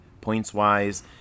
points-wise